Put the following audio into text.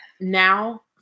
now